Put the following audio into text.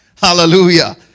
Hallelujah